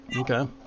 Okay